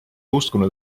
uskunud